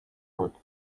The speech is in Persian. بود